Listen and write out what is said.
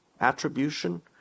attribution